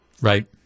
Right